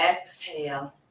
Exhale